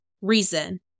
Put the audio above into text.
reason